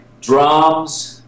drums